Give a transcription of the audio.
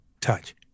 touch